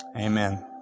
amen